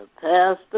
Pastor